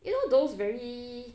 you know those very